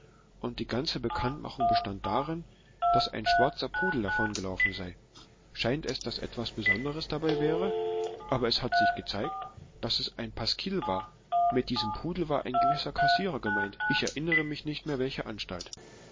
und die ganze bekanntmachung bestand darin daß ein schwarzer pudel davongelaufen sei scheint es daß etwas besonderes dabei wäre es hat sich aber gezeigt daß es ein pasquill war mit diesem pudel war ein gewisser kassierer gemeint ich erinnere mich nicht mehr welcher anstalt